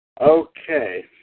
Okay